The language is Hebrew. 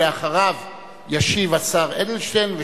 ואחריו ישיב השר אדלשטיין.